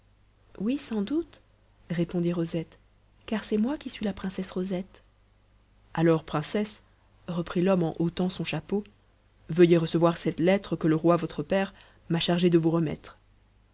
oui sans doute répondit rosette car c'est moi qui suis la princesse rosette alors princesse reprit l'homme en ôtant son chapeau veuillez recevoir cette lettre que le roi votre père m'a chargé de vous remettre